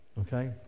okay